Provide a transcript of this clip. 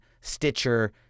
Stitcher